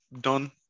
done